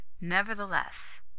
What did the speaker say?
Nevertheless